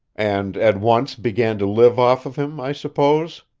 and at once began to live off of him, i suppose,